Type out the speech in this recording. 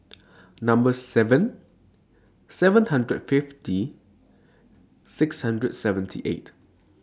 Number seven seven hundred fifty six hundred seventy eight